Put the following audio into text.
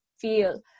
feel